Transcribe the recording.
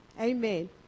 Amen